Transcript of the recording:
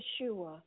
Yeshua